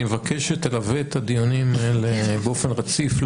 אני מבקש שתלווה את הדיונים האלה באופן רציף.